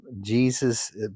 Jesus